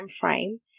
frame